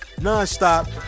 nonstop